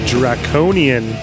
Draconian